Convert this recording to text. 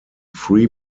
free